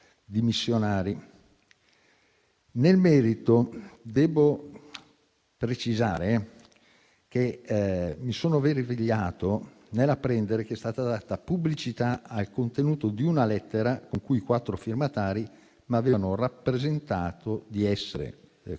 Nel merito devo precisare che mi sono meravigliato nell'apprendere che è stata data pubblicità al contenuto di una lettera, con cui i quattro firmatari mi avevano rappresentato di essere «costretti